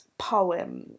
poem